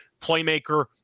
playmaker